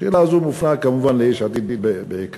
השאלה הזאת מופנית כמובן ליש עתיד בעיקר.